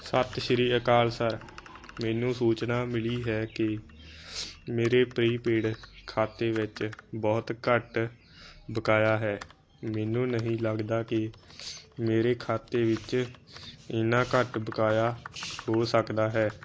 ਸਤਿ ਸ੍ਰੀ ਅਕਾਲ ਸਰ ਮੈਨੂੰ ਸੂਚਨਾ ਮਿਲੀ ਹੈ ਕਿ ਮੇਰੇ ਪ੍ਰੀਪੇਡ ਖਾਤੇ ਵਿੱਚ ਬਹੁਤ ਘੱਟ ਬਕਾਇਆ ਹੈ ਮੈਨੂੰ ਨਹੀਂ ਲੱਗਦਾ ਕਿ ਮੇਰੇ ਖਾਤੇ ਵਿੱਚ ਇੰਨਾਂ ਘੱਟ ਬਕਾਇਆ ਹੋ ਸਕਦਾ ਹੈ